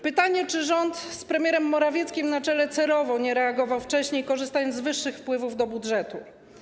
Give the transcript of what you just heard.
Pytanie, czy rząd z premierem Morawieckim na czele celowo nie reagował wcześniej, korzystając z wyższych wpływów do budżetu.